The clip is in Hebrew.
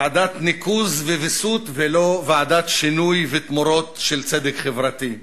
ועדת ניקוז וויסות ולא ועדת שינוי ותמורות של צדק חברתי.